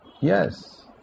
Yes